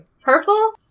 purple